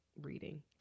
reading